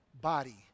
body